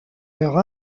leur